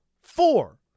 four